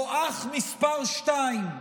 או אח מס' שתיים,